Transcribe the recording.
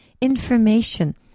information